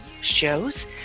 shows